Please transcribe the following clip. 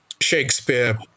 Shakespeare